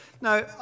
Now